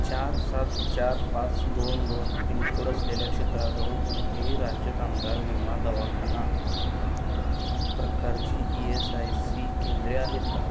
चार सात चार पाच दोन दोन पिनकोड असलेल्या क्षेत्राजवळ कोणतेही राज्य कामगार विमा दवाखाना प्रकारची ई एस आय सी केंद्रे आहेत का